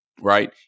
right